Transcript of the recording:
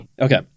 Okay